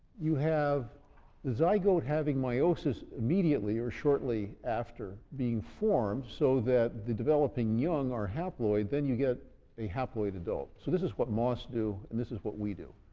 you have the zygote having meiosis immediately, or shortly after being formed, so that the developing young are haploid, then you get a haploid adult. so this is what moss do and this is what we do.